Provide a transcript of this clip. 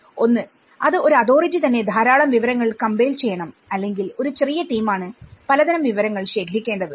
ഒന്ന് അത് ഒരു അതോറിറ്റിതന്നെ ധാരാളം വിവരങ്ങൾ കംപൈൽ ചെയ്യണം അല്ലെങ്കിൽ ഒരു ചെറിയ ടീമാണ്പലതരം വിവരങ്ങൾ ശേഖരിക്കേണ്ടത്